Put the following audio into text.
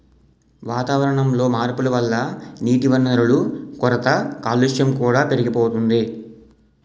వాతావరణంలో మార్పుల వల్ల నీటివనరుల కొరత, కాలుష్యం కూడా పెరిగిపోతోంది